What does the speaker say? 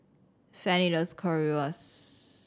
Fannie loves Currywurst